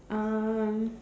um